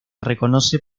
reconoce